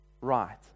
right